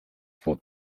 for